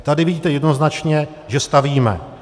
Tady vidíte jednoznačně, že stavíme.